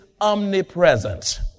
omnipresent